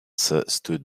stood